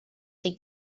chi